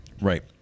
Right